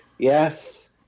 Yes